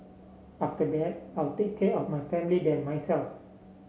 after that I'll take care of my family then myself